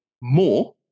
more